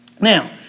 Now